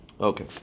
Okay